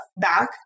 back